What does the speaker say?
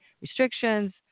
restrictions